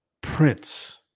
Prince